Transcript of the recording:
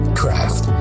craft